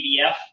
PDF